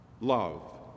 love